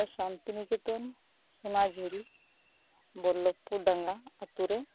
ᱥᱟᱱᱛᱤᱱᱤᱠᱮᱛᱚᱱ ᱥᱚᱱᱟᱡᱷᱩᱨᱤ ᱵᱚᱞᱞᱚᱵᱽᱯᱩᱨ ᱰᱟᱝᱜᱟ ᱟᱛᱳ ᱨᱮ